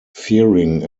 fearing